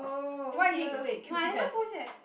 oh what is it no I haven't pause yet